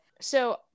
So-